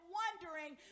wondering